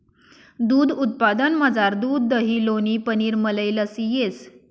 दूध उत्पादनमझार दूध दही लोणी पनीर मलई लस्सी येस